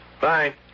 Bye